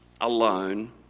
alone